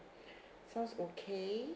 sounds okay